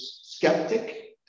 skeptic